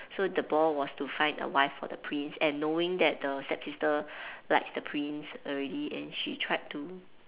so the ball was to find a wife for the prince and knowing that the stepsister likes the prince already then she tried to